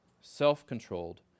self-controlled